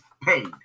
paid